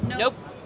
Nope